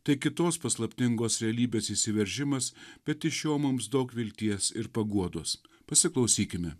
tai kitos paslaptingos realybės įsiveržimas bet iš jo mums daug vilties ir paguodos pasiklausykime